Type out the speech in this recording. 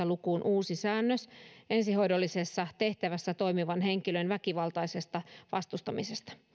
lukuun uusi säännös ensihoidollisessa tehtävässä toimivan henkilön väkivaltaisesta vastustamisesta